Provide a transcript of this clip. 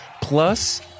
plus